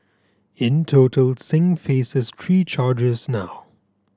in total Singh faces three charges now